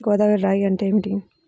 గోదావరి రాగి అంటే ఏమిటి?